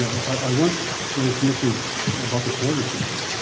i once raised the issue about the quarter system.